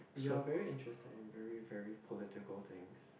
you're very interesting very very political things